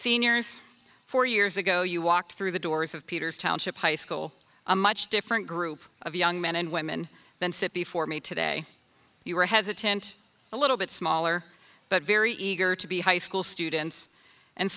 seniors four years ago you walked through the doors of peter's township high school a much different group of young men and women than sit before me today you were hesitant a little bit smaller but very eager to be high school students and